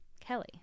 Kelly